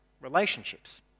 relationships